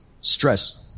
stress